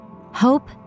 Hope